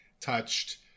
touched